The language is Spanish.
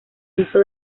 uso